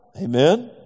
Amen